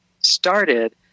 started